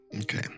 Okay